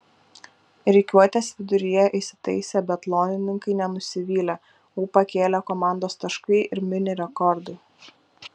rikiuotės viduryje įsitaisę biatlonininkai nenusivylė ūpą kėlė komandos taškai ir mini rekordai